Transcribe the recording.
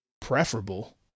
preferable